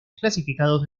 clasificados